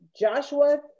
Joshua